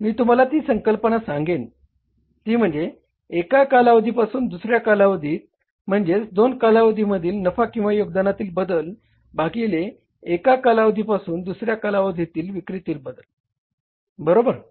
मी तुम्हाला ती संकल्पना सांगेन ती म्हणजे एका कालावधीपासून दुसऱ्या कालावधी म्हणजेच दोन कालावधीमधील नफा किंवा योगदानातील बदल भागिले एका कालावधीपासून दुसऱ्या कालावधील विक्रीतील बदल बरोबर